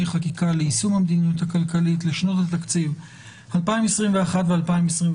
חקיקה ליישום המדיניות הכלכלית לשנות התקציב 2021 ו-2022),